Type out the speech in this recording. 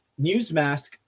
Newsmask